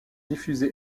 diffusé